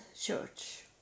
Church